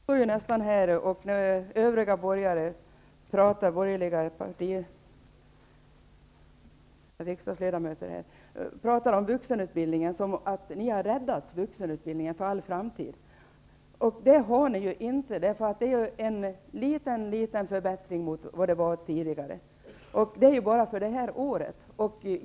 Herr talman! Det låter nu och när övriga borgerliga riksdagsledamöter pratar om vuxenutbildningen som om ni har räddat vuxenutbildningen för all framtid. Det har ni inte. Det ni talar om är en mycket liten förbättring jämfört med hur det var tidigare. Det är bara för det året.